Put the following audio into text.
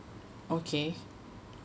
okay